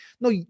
No